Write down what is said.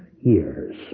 years